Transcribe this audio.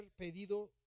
pedido